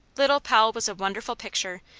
little poll was a wonderful picture,